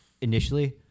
initially